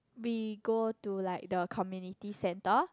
we go to like the community centre